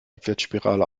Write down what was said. abwärtsspirale